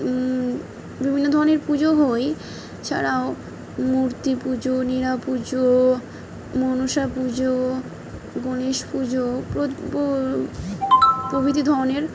বিভিন্ন ধরনের পুজো হয় ছাড়াও মূর্তি পুজো নির পুজো মনসা পুজো গণেশ পুজো প্রভৃতি ধরনের